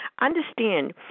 Understand